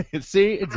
See